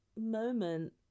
moment